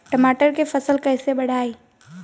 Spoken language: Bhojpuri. टमाटर के फ़सल कैसे बढ़ाई?